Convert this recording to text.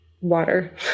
water